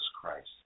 Christ